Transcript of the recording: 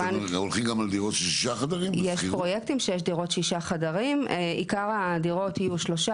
גם כייצור מוצר תחליפי איכותי יותר לדיור